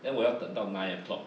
then 我要等到 nine o'clock